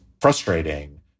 frustrating